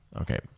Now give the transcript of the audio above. Okay